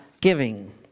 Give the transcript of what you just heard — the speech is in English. giving